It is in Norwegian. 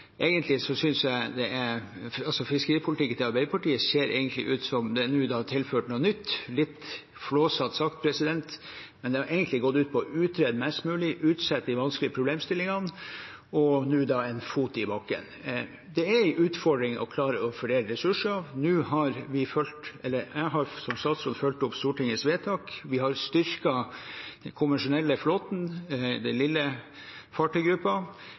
Fiskeripolitikken til Arbeiderpartiet ser ut som om den, litt flåsete sagt, har tilført noe nytt, men den har egentlig gått ut på å utrede mest mulig, utsette de vanskelige problemstillingene – og nå «en fot i bakken». Det er en utfordring å klare å fordele ressurser. Nå har jeg som statsråd fulgt opp Stortingets vedtak. Vi har styrket den konvensjonelle flåten, den lille